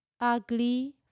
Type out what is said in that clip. ugly